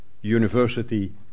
University